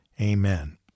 Amen